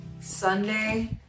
Sunday